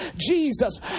Jesus